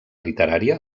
literària